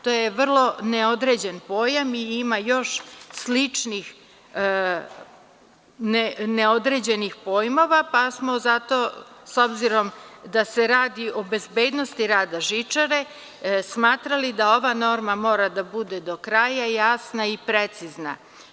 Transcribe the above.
To je vrlo neodređen pojam i ima još sličnih neodređenih pojmova, pa smo zato, s obzirom da se radi o bezbednosti rada žičare, smatrali da ova norma mora da bude do kraja jasna i precizna.